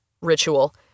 ritual